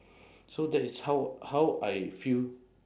so that is how how I feel